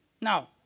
Now